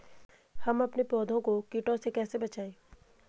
हम अपने पौधों को कीटों से कैसे बचाएं?